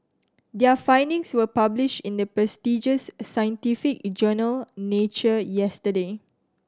their findings will published in the prestigious scientific journal Nature yesterday